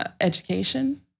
Education